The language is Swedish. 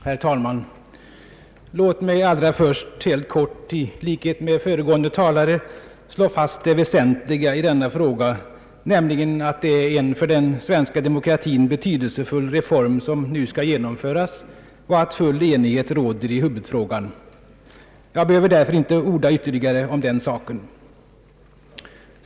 Herr talman! Låt mig allra först helt kort i likhet med föregående talare slå fast det väsentliga i denna fråga, näm ligen att det är en för den svenska demokratin betydelsefull reform som nu skall genomföras och att full enighet råder i huvudfrågan. Jag behöver därför inte orda ytterligare om den saken.